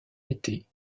été